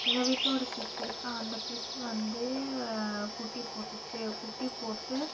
எங்கள் வீட்டில் ஒரு ஃபிஷ் இருக்குது அந்த ஃபிஷ் வந்து குட்டி போட்டுச்சு குட்டி போட்டு